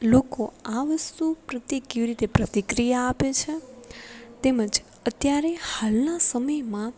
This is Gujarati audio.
લોકો આ વસ્તુ પ્રતિ કેવી રીતે પ્રતિક્રિયા આપે છે તેમજ અત્યારે હાલના સમયમાં